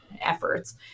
efforts